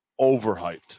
overhyped